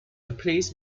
replaced